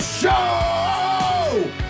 show